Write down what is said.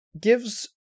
gives